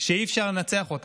שאי-אפשר לנצח אותה.